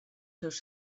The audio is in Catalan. seus